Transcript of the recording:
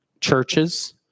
churches